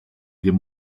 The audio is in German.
dem